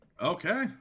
Okay